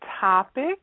topic